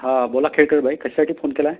हां बोला खेळकर बाई कशासाठी फोन केला आहे